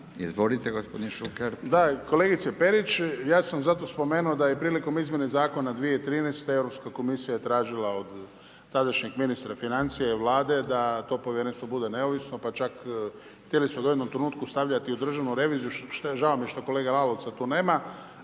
Ivan (HDZ)** Da, kolegice Perić, ja sam zato spomenuo da je prilikom izmjene Zakona 2013. Europska komisija je tražila od tadašnjeg ministra financija ili Vlade da to povjerenstvo bude neovisno pa čak htjeli su ga u jednom trenutku stavljati u državnu reviziju što je, žao mi je što kolege Lalovca to nema